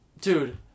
Dude